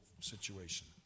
situation